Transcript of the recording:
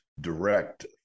direct